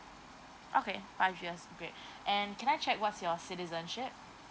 okay five years great and can I check what's your citizenship